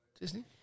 Disney